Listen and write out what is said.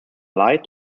light